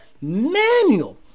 manual